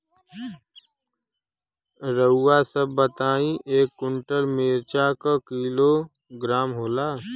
रउआ सभ बताई एक कुन्टल मिर्चा क किलोग्राम होला?